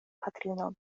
patrinon